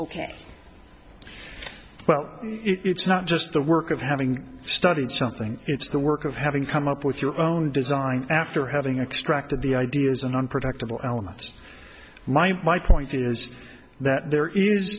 ok well it's not just the work of having studied something it's the work of having come up with your own design after having extracted the ideas and unproductive all elements my my coins is that there is